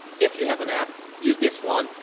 if you have an app, use this one.